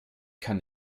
kann